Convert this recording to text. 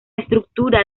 estructura